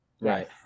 right